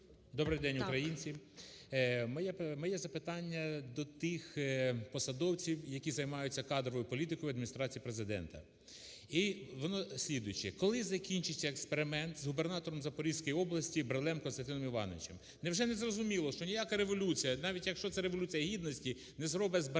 Добрий день, українці! Моє запитання до тих посадовців, які займаються кадровою політикою Адміністрації Президента. І воно слідуюче, коли закінчиться експеримент з губернатором Запорізької області Брилем Костянтином Івановичем? Невже незрозуміло, що ніяка революція, навіть, якщо це Революція Гідності, не зробить з бариги